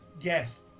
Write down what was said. Yes